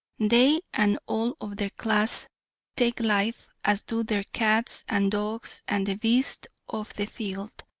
they and all of their class take life, as do their cats and dogs and the beasts of the field,